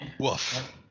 Woof